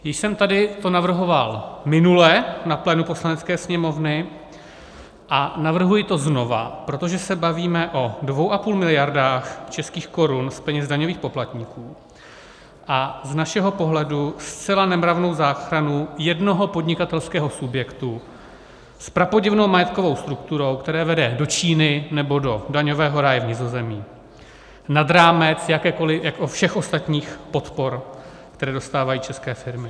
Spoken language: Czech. Již jsem to tady navrhoval minule na plénu Poslanecké sněmovny a navrhuji to znova, protože se bavíme o 2,5 mld. českých korun z peněz daňových poplatníků a z našeho pohledu zcela nemravnou záchranu jednoho podnikatelského subjektu s prapodivnou majetkovou strukturou, která vede do Číny nebo do daňového ráje v Nizozemí, nad rámec všech ostatních podpor, které dostávají české firmy.